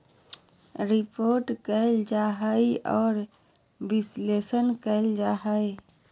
report कइल जा हइ और विश्लेषण कइल जा हइ